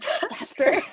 faster